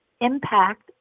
impact